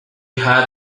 had